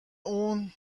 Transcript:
اون